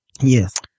yes